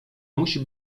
musi